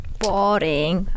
boring